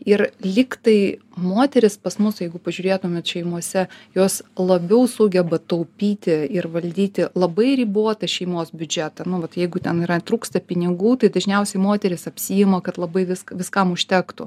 ir lyg tai moterys pas mus jeigu pažiūrėtumėt šeimose jos labiau sugeba taupyti ir valdyti labai ribotą šeimos biudžetą nu vat jeigu ten yra trūksta pinigų tai dažniausiai moterys apsiima kad labai vis viskam užtektų